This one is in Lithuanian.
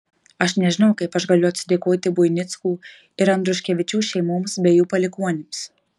aš nežinau kaip aš galiu atsidėkoti buinickų ir andriuškevičių šeimoms bei jų palikuonims